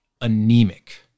anemic